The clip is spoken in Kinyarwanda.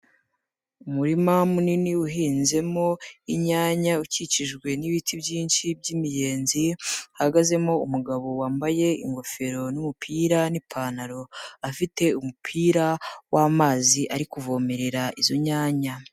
Umurima munini uhinzemo inyanya ukikijwe n'ibiti byinshi by'imiyenzi, hahagazemo umugabo wambaye ingofero n'umupira n'ipantaro, afite umupira w'amazi ari kuvomerera izo nyanya.